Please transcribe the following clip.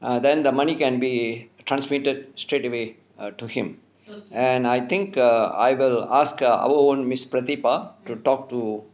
err then the money can be transmitted straight away err to him and I think err I will ask err our own miss prethipa to talk to